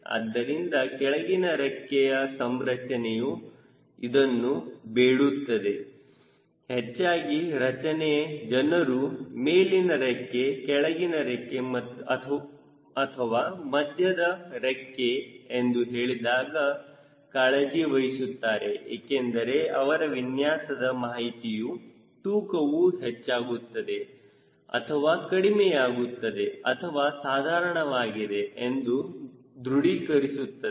ಆದ್ದರಿಂದ ಕೆಳಗಿನ ರೆಕ್ಕೆಯ ಸಂರಚನೆ ಇದನ್ನು ಬೇಡುತ್ತದೆ ಹೆಚ್ಚಾಗಿ ರಚನೆ ಜನರು ಮೇಲಿನ ರೆಕ್ಕೆ ಕೆಳಗಿನ ರೆಕ್ಕೆ ಅಥವಾ ಮಧ್ಯದ ರೆಕ್ಕೆ ಎಂದು ಹೇಳಿದಾಗ ಕಾಳಜಿವಹಿಸುತ್ತಾರೆ ಏಕೆಂದರೆ ಅವರ ವಿನ್ಯಾಸದ ಮಾಹಿತಿಯು ತೂಕವು ಹೆಚ್ಚಾಗುತ್ತಿದೆ ಅಥವಾ ಕಡಿಮೆಯಾಗುತ್ತಿದೆ ಅಥವಾ ಸಾಧಾರಣವಾಗಿದೆ ಎಂದು ದೃಢೀಕರಿಸುತ್ತದೆ